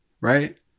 right